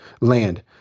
land